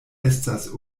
estas